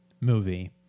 movie